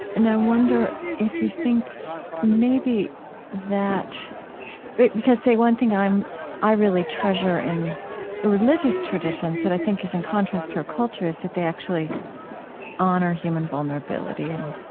and i wonder if you think maybe that because say one thing i really treasure in religious traditions that i think is in contrast to our culture is that they actually honor human vulnerability and,